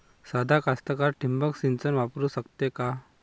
सादा कास्तकार ठिंबक सिंचन वापरू शकते का?